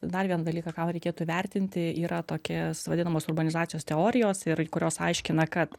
dar vieną dalyką ką reikėtų įvertinti yra tokie vadinamos urbanizacijos teorijos ir kurios aiškina kad